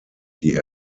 die